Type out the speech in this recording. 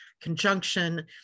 conjunction